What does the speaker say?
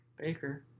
Baker